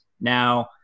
Now